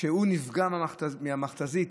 שנפגע מהמכת"זית.